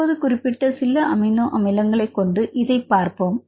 இப்போது குறிப்பிட்ட சில அமினோ அமிலங்களைக் கொண்டு இதைப் பார்ப்போம்